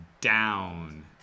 down